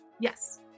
Yes